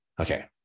Okay